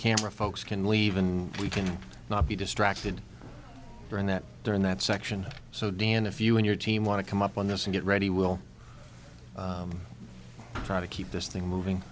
camera folks can leave and we can not be distracted during that during that section so dan if you and your team want to come up on this and get ready we'll try to keep this thing moving